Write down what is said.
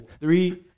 Three